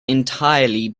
entirely